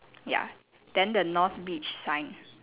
ya then the north beach sign